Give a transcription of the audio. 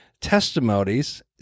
testimonies